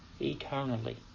eternally